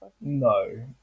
No